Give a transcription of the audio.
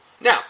Now